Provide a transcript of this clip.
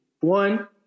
One